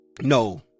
No